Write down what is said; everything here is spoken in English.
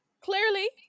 Clearly